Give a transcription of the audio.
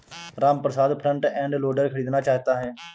Ramprasad front end loader खरीदना चाहता है